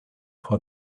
for